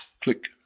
Click